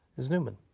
he's newman.